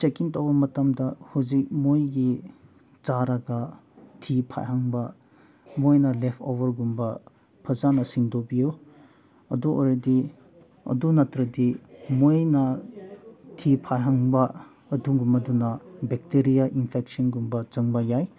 checking ꯇꯧꯕ ꯃꯇꯝꯗ ꯍꯧꯖꯤꯛ ꯃꯣꯏꯒꯤ ꯆꯥꯔꯒ ꯊꯤ ꯐꯥꯏꯍꯟꯕ ꯃꯣꯏꯅ ꯂꯦꯐꯑꯣꯚꯔꯒꯨꯝꯕ ꯐꯖꯅ ꯁꯦꯡꯗꯣꯛꯄꯤꯌꯨ ꯑꯗꯨ ꯑꯣꯏꯔꯗꯤ ꯑꯗꯨ ꯅꯠꯇ꯭ꯔꯗꯤ ꯃꯣꯏꯅ ꯊꯤ ꯐꯥꯏꯍꯟꯕ ꯑꯗꯨꯒꯨꯝꯕꯗꯨꯅ ꯕꯦꯛꯇꯔꯤꯌꯥ ꯏꯟꯐꯦꯛꯁꯟꯒꯨꯝꯕ ꯆꯪꯕ ꯌꯥꯏ